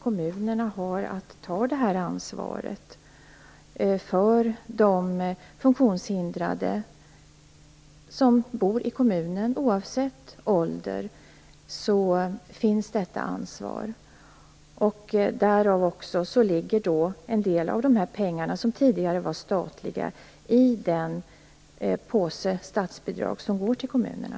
Kommunerna har alltså att ta det här ansvaret för funktionshindrade som bor i kommunen, oavsett ålder. Därav följer att en del av de här pengarna, som tidigare var statliga, ligger i den påse statsbidrag som går till kommunerna.